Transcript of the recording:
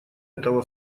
этого